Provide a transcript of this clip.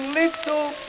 little